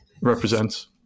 represents